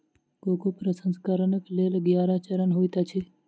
cocoa प्रसंस्करणक लेल ग्यारह चरण होइत अछि